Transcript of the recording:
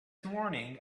morning